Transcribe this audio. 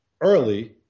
early